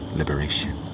liberation